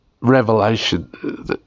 revelation